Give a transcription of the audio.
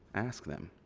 ask them.